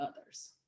others